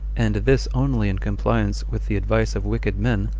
and this only in compliance with the advice of wicked men,